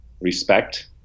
respect